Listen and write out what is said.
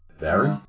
Barry